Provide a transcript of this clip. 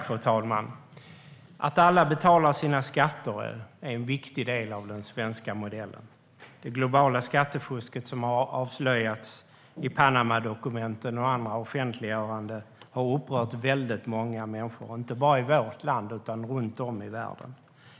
Fru talman! Att alla betalar sina skatter är en viktig del av den svenska modellen. Det globala skattefusk som har avslöjats i Panamadokumenten och andra offentliggöranden har upprört väldigt många människor, inte bara i vårt land utan runt om i världen.